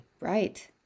Right